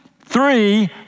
three